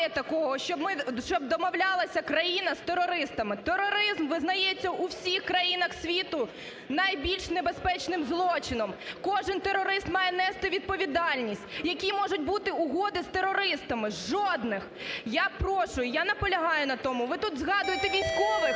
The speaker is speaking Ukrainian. такого, щоб домовлялася країна з терористами. Тероризм визнається у всіх країнах світу найбільш небезпечним злочином. Кожен терорист має нести відповідальність. Які можуть бути угоди з терористами – жодних! Я прошу, я наполягаю на тому. Ви тут згадуєте військових,